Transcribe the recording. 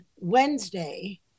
Wednesday